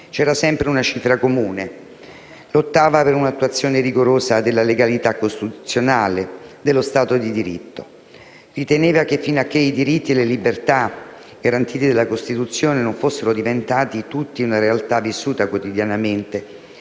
c'era sempre una cifra comune: Pannella lottava per un'attuazione rigorosa della legalità costituzionale e dello Stato di diritto. Riteneva che fino a che i diritti e le libertà garantiti dalla Costituzione non fossero diventati tutti una realtà vissuta quotidianamente,